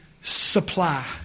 supply